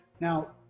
Now